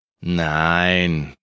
Nein